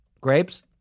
grapes